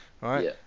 Right